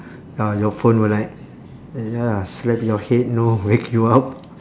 ya your phone will like ya slap your head you know wake you up